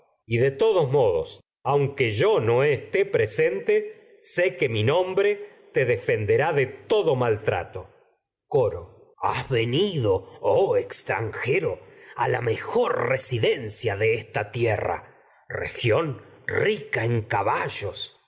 y mi de todos modos te aunque yo esté presente trato sé nombre defenderá de has todo mal coro dencia venido oh extranjero a la mejor resi tierra región rica en de esta caballos